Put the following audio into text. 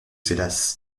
hélas